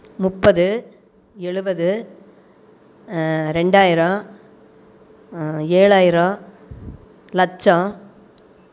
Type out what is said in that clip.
முப்பது எழுபது ரெண்டாயிரம் ஏழாயிரம் லட்சம்